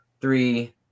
three